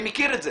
אני מכיר את זה,